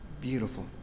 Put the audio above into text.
Beautiful